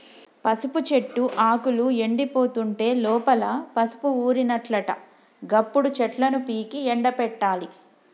పసుపు చెట్టు ఆకులు ఎండిపోతుంటే లోపల పసుపు ఊరినట్లట గప్పుడు చెట్లను పీకి ఎండపెట్టాలి